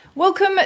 Welcome